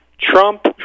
Trump